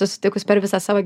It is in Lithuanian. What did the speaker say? susitikus per visą savo